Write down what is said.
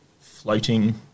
floating